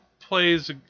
plays